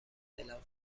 دلم